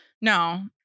No